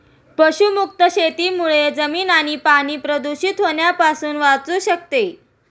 पशुमुक्त शेतीमुळे जमीन आणि पाणी प्रदूषित होण्यापासून वाचू शकते